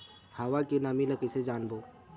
हवा के नमी ल कइसे जानबो?